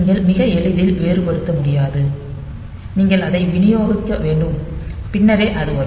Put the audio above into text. நீங்கள் மிக எளிதில் வேறுபடுத்த முடியாது நீங்கள் அதை விநியோகிக்க வேண்டும் பின்னரே அது வரும்